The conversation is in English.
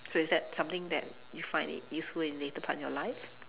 so it's that something that you find it useful in later part of your life